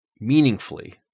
meaningfully